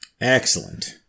Excellent